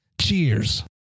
Cheers